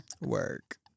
Work